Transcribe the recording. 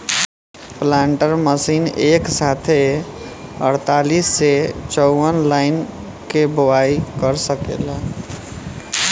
planter machine एक साथे अड़तालीस से चौवन लाइन के बोआई क सकेला